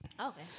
Okay